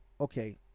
Okay